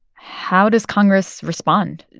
how does congress respond?